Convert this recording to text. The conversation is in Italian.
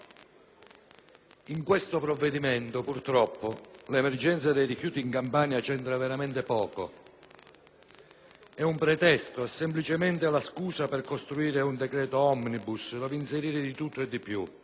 In esso, purtroppo, l'emergenza dei rifiuti in Campania c'entra veramente poco. È un pretesto. È semplicemente la scusa per costruire un decreto *omnibus*, dove inserire di tutto e di più.